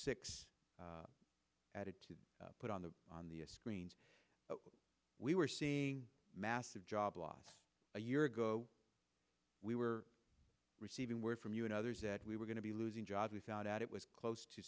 six added to put on the on the screens we were seeing massive job loss a year ago we were receiving word from you and others that we were going to be losing jobs we found out it was close to